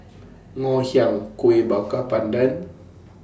Ngoh Hiang Kuih Bakar Pandan